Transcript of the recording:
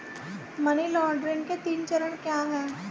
Money laundering के तीन चरण क्या हैं?